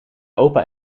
opa